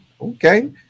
Okay